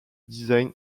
design